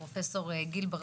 הפרופ' גיל בר